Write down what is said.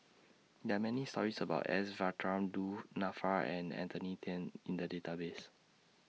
There Are Many stories about S Varathan Du Nanfa and Anthony Then in The Database